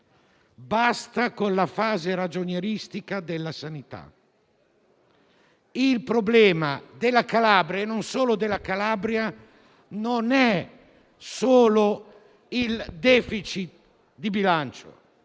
basta con la fase ragionieristica della sanità. Il problema della Calabria (e non solo della Calabria) non è solo il *deficit* di bilancio.